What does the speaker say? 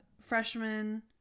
freshman